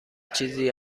چیزی